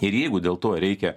ir jeigu dėl to reikia